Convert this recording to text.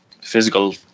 physical